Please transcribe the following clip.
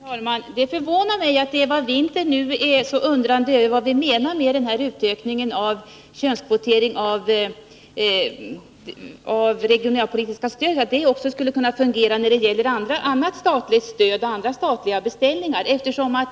Herr talman! Det förvånar mig att Eva Winther nu är så undrande över vad vi menar med denna utökning av könskvoteringen i det regionalpolitiska stödet så att det skulle kunna fungera på liknande sätt som när det gäller annat statligt stöd och andra statliga beställningar.